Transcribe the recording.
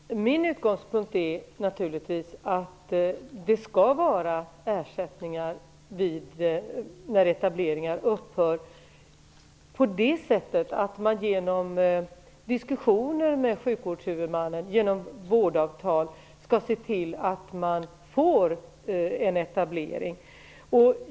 Herr talman! Min utgångspunkt är naturligtvis att det skall vara ersättningar när etableringar upphör. Genom diskussioner med sjukvårdshuvudmannen och genom vårdavtal skall man se till att man får en etablering.